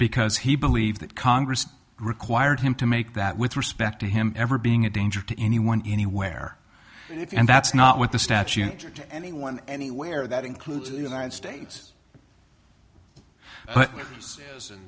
because he believed that congress required him to make that with respect to him ever being a danger to anyone anywhere and that's not what the statute or to anyone anywhere that includes the united states